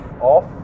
off